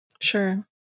sure